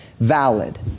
valid